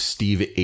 Steve